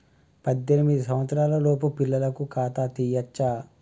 పద్దెనిమిది సంవత్సరాలలోపు పిల్లలకు ఖాతా తీయచ్చా?